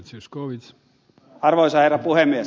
arvoisa herra puhemies